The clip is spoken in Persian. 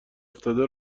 افتاده